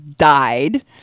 died